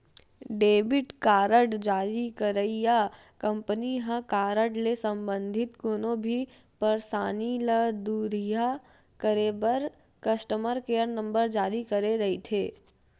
debit card जारी करइया company ह कारड ले संबंधित कोनो भी परसानी ल दुरिहा करे बर कस्टमर केयर नंबर जारी करे रहिथे